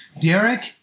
Derek